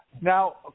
Now